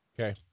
Okay